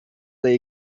they